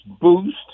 boost